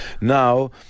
Now